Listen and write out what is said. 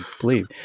believe